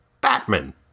Batman